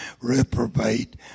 reprobate